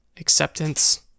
acceptance